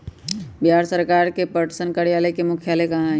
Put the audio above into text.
बिहार सरकार के पटसन कार्यालय के मुख्यालय कहाँ हई?